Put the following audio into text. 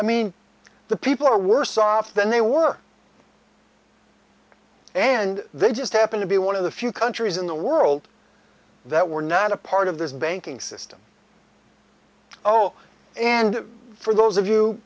i mean the people are worse off than they were and they just happened to be one of the few countries in the world that were not a part of this banking system oh and for those